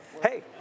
hey